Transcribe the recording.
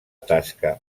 tasca